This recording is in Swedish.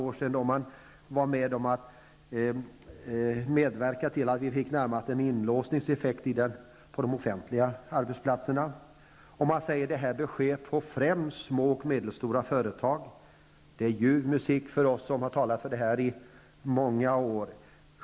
För några år sedan medverkade de till att vi närmast fick en inlåsningseffekt på de offentliga arbetsplatserna. Man säger att det här främst bör ske på små och medelstora företag. Det är ljuv musik för oss som har talat för det här i många år.